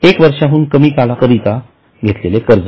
एक वर्षाहून कमी काळा करिता घेतलेले कर्ज